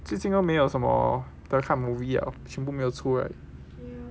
最近都没有什么的看 movie liao 全部没有出来: quan bu mei you chu lai